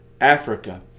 Africa